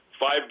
five